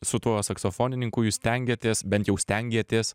su tuo saksofonininku jūs stengiatės bent jau stengėtės